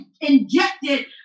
injected